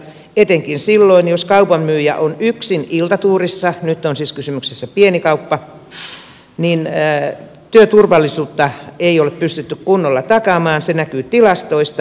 etenkään silloin jos kaupan myyjä on yksin iltatuurissa nyt on siis kysymyksessä pieni kauppa työturvallisuutta ei ole pystytty kunnolla takaamaan se näkyy tilastoista